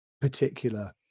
particular